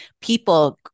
people